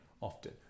often